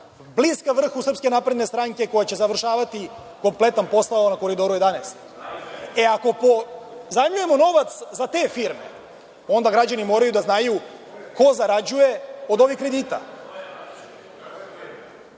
bliska vrhu SNS koja će završavati kompletan posao na Koridoru 11.Ako pozajmljujemo novac za te firme, onda građani moraju da znaju ko zarađuje od ovih kredita.